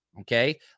okay